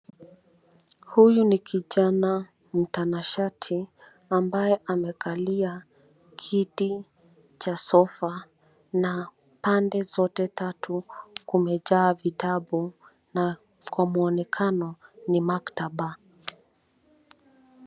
Huyu ni kijana mtanashati ambaye amekalia kiti cha sofa na pande zote tatu kumejaa vitabu na kwa mwonekano ni maktaba.